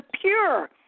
pure